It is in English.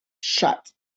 shut